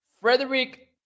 Frederick